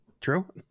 True